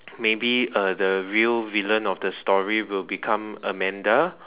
maybe uh the real villain of the story will become Amanda